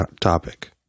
topic